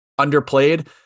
underplayed